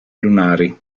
lunari